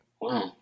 Wow